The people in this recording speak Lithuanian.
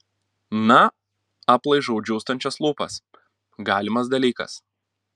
na aplaižau džiūstančias lūpas galimas dalykas